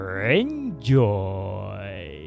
Enjoy